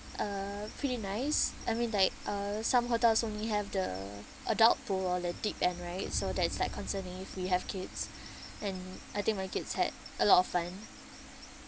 uh pretty nice I mean like uh some hotels only have the adult pool or a deep end right so that's like concerning if we have kids and I think my kids had a lot of fun